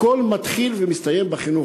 הכול מתחיל ומסתיים בחינוך.